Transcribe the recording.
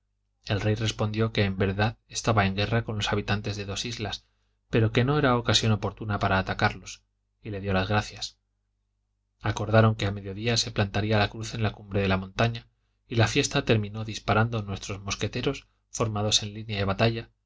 el rey respondió que en verdad estaba en guerra con los habitantes de dos islas pero que no era ocasión oportuna para atacarlos y le dio las gracias acordaron que al mediodía se plantaría la cruz en la cumbre de una montaña y la fiesta terminó disparando nuestros mosqueteros formados en línea de batalla